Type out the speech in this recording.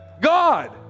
God